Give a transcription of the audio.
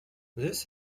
this